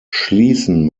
schließen